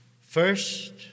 first